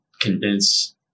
convince